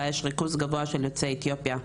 בה יש ריכוז גבוה של יוצאי אתיופיה.